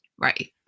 Right